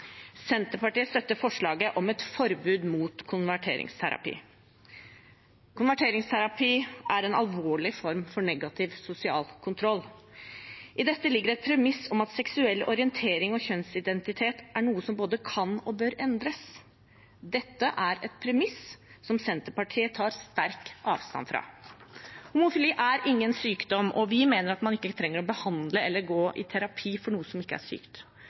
Senterpartiet støtter forslaget om et forbud mot konverteringsterapi. Konverteringsterapi er en alvorlig form for negativ sosial kontroll. I dette ligger et premiss om at seksuell orientering og kjønnsidentitet er noe som både kan og bør endres. Det er et premiss som Senterpartiet tar sterk avstand fra. Homofili er ingen sykdom, og vi mener at man ikke trenger å behandle eller gå i terapi for noe som ikke er sykt.